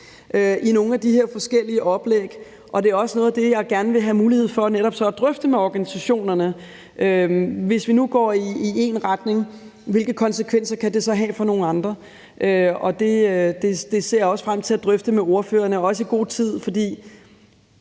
i nogle af de her forskellige oplæg, og det er også noget det, jeg gerne vil have mulighed for netop så at drøfte med organisationerne. Hvis vi nu går i én retning, hvilke konsekvenser kan det så have for nogle andre? Det ser jeg også frem til at drøfte med ordførerne og også i god tid. For